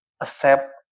accept